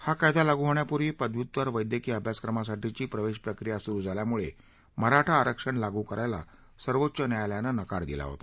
हा कायदा लागू होण्यापूर्वी पदव्युत्तर वैद्यकीय अभ्यासक्रमासाठीची प्रवेश प्रक्रिया सुरू झाल्यामुळे मराठा आरक्षण लागू करायला सर्वोच्च न्यायालयानं नकार दिला होता